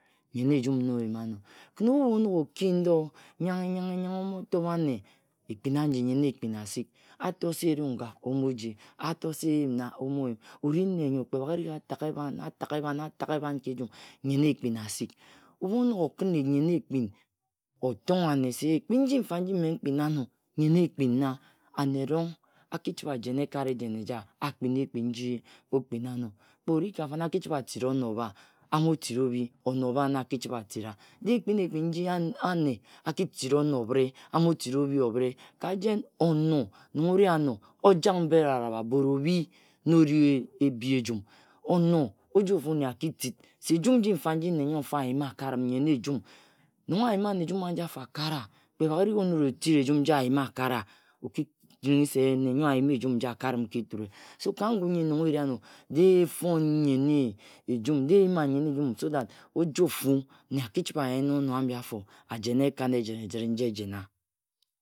Nyen ejum na ajima ano. Nong we onogho oki ndo nyanghe- nyanghe omatob anne, ekpin aji nyen ekpin azik. Ato se eru-nga, omoji. Ato se eyum nna, omo-yi Ori nne nyo kpe bhagering atak ebhan, atak ebhan ka ejum. nyen ekpik azik obhu onoghokim nyen ekpin otonghe anne se ekpin nji-nfa nji me nkpina and ane erong aki- chibhe ajena ekat ejen eja, akpima ekpin nji we okpina ano. Kpe ori ka fan, achibhe atit-a ono obha, auro tit obhi, ono obho na achibhe atita. De expin ekpin nji anne akitit ono obhre, amo-tit abhi obhre, ka jen, ono nong ori ano, ojag mba elabharabha, but Obhi na ori abi-ejun. Ono, ojo-fu nne akitit se jum nji-fa nji nne nyo ayımi akarim nyen ejun. Nong ayime ano ejum aji-afo akara, kpe bhage erik onog etit ejum niji ajeni akara, Oki ringhe se en, nne nyo ayumi ejum njifa akarim ka eture. So Ka ngun nyi nong eri-ano, de efon nyene ejun, de eyina nyen ejum so that ojo-fu nne aki chibhe ayema ono abi-afo. ajena ekat-ejen ejire nji ejena.